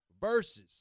versus